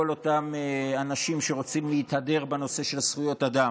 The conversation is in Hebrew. אותם אנשים שרוצים להתהדר בנושא של זכויות אדם: